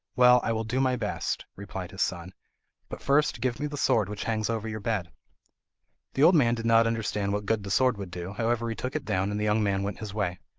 well, i will do my best replied his son but first give me the sword which hangs over your bed the old man did not understand what good the sword would do, however he took it down, and the young man went his way.